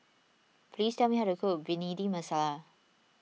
please tell me how to cook Bhindi Masala